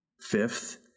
Fifth